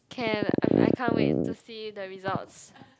can I I can't wait to see the results